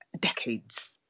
decades